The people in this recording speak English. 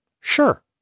Sure